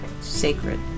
sacred